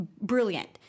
Brilliant